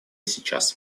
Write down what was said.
сейчас